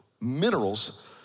minerals